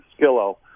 skillo